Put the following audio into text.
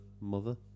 mother